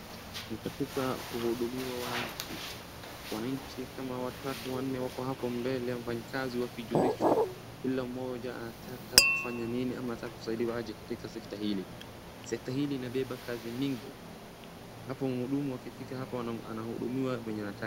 Ni katika kuhudumiwa wananchi. Wananchi kama watatu wannne wako hapo mbele ya mfanyikazi wakijulishwa kila mmoja anataka kufanya nini ama anataka kusaidiwa aje katika sekta hili. Sekta hili inabeba kazi mingi. Hapo mhudumu akifika hapo anahudumiwa venye anataka.